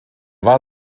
war